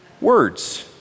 words